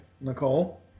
Nicole